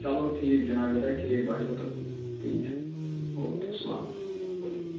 چلو ٹھیٖک جِناب یہِ تۄہہِ ٹھیٖک باسٮ۪و تہٕ تی چھُ او کے سلام علیکُم